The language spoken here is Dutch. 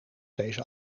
deze